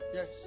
Yes